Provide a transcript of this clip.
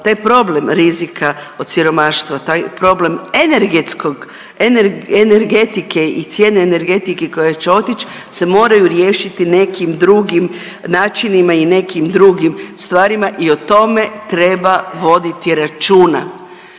taj problem rizika od siromaštva, taj problem energetskog, energetike i cijene energetike koja će otić se moraju riješiti nekim drugim načinima i nekim drugim stvarima i o tome treba voditi računa,